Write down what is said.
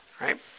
right